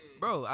bro